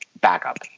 backup